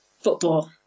Football